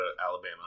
Alabama